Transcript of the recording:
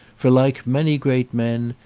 for, like many great men,